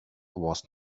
was